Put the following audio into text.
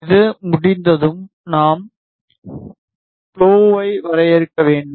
இது முடிந்ததும் நாம் ப்ளோவை வரையறுக்க வேண்டும்